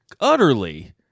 utterly